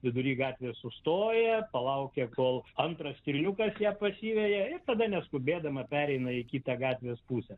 vidury gatvės sustoja palaukia kol antras stirniukas ją pasiveja ir tada neskubėdama pereina į kitą gatvės pusę